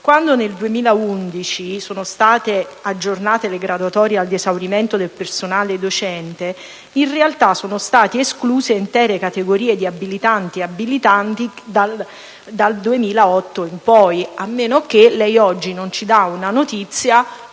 quando nel 2011 sono state aggiornate le graduatorie ad esaurimento del personale docente in realtà sono state escluse intere categorie di abilitanti e abilitandi dal 2008 in poi. Questo a meno che lei oggi non ci dia la notizia